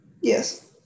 Yes